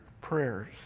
prayers